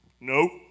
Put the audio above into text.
Nope